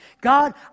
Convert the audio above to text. God